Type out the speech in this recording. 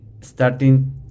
Starting